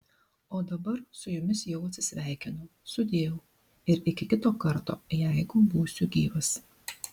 o dabar su jumis jau atsisveikinu sudieu ir iki kito karto jeigu būsiu gyvas